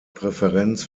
präferenz